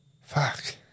Fuck